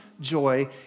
joy